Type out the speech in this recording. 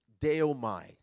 Deomai